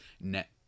net